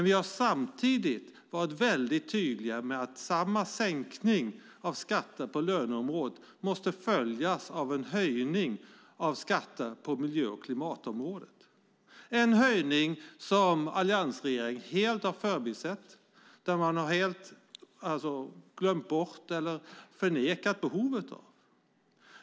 Vi har samtidigt varit tydliga med att en sänkning av skatter på löneområdet måste följas av en höjning av skatter på miljö och klimatområdet. Denna höjning har alliansregeringen helt förbisett och förnekat behovet av.